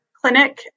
clinic